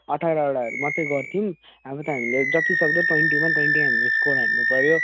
अठारवटाहरू मात्रै गर्थ्यौँ अब त हामीले जतिसक्दो ट्वेन्टीमा ट्वेन्टी हामीले स्कोर हान्नुपऱ्यो